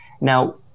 Now